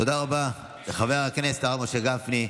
תודה רבה לחבר הכנסת הרב משה גפני.